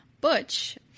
Butch